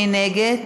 מי נגד?